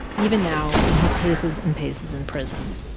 even now, when he paces and paces in prison.